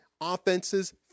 offenses